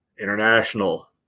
international